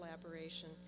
collaboration